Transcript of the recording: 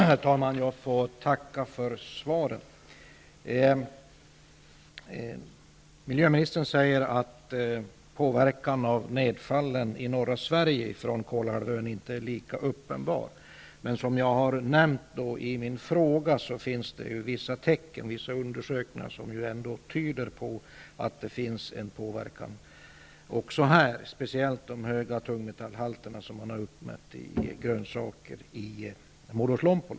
Herr talman! Jag får tacka för svaret. Miljöministern säger att påverkan från Kolahalvön på nedfallen i norra Sverige inte är lika uppenbar som i norra Finland. Men som jag har nämnt i min fråga finns det vissa undersökningar som ändå tyder på att det finns en påverkan på nedfallen även i Sverige speciellt gäller det de höga tungmetallhalter som man har uppmätt i grönsaker i Muodoslompolo.